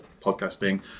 podcasting